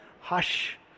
hush